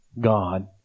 God